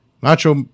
Macho